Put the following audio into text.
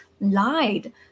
lied